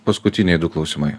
paskutiniai du klausimai